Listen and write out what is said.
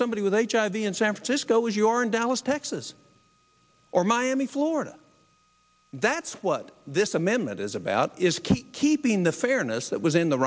somebody with a job in san francisco as your in dallas texas or miami florida that's what this amendment is about is keeping the fairness that was in the